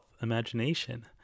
imagination